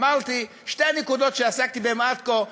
אמרתי: שתי הנקודות שעסקתי בהן עד כה,